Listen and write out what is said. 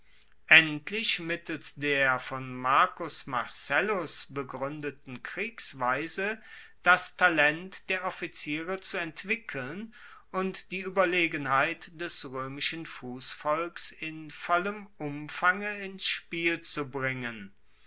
endlich mittels der von marcus marcellus begruendeten kriegsweise das talent der offiziere zu entwickeln und die ueberlegenheit des roemischen fussvolks in vollem umfange ins spiel zu bringen